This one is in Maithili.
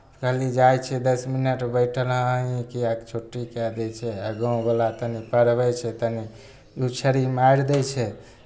कहलियै जाइ छियै दस मिनट बैठल हाँ हाँ हीँ हीँ छूट्टी कए दै छै आ गाँववला तनी पढ़बै छै तनी दू छड़ी मारि दै छै